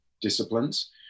disciplines